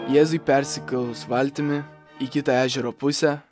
jėzui persikėlus valtimi į kitą ežero pusę